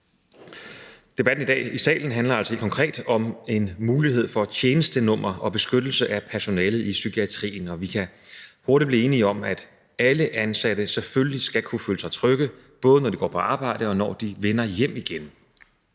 Debatten i dag i salen handler altså helt konkret om en mulighed for tjenestenummer og beskyttelse af personalet i psykiatrien. Vi kan hurtigt blive enige om, at alle ansatte selvfølgelig skal kunne føle sig trygge, både når de går på arbejde, og når de vender hjem igen,